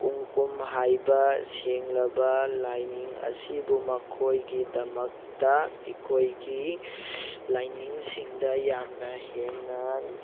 ꯀꯨꯝ ꯀꯨꯝ ꯍꯥꯏꯕ ꯁꯦꯡꯂꯕ ꯂꯥꯏꯅꯤꯡ ꯑꯁꯤꯕꯨ ꯃꯈꯣꯏꯒꯤꯗꯃꯛꯇ ꯑꯩꯈꯣꯏꯒꯤ ꯂꯥꯏꯅꯤꯡꯁꯤꯡꯗ ꯌꯥꯝꯅ ꯍꯦꯟꯅ